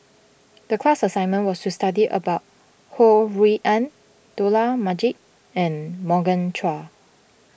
the class assignment was to study about Ho Rui An Dollah Majid and Morgan Chua